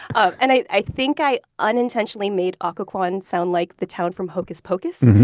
um and i i think i unintentionally made occoquan sound like the town from hocus pocus